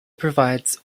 provides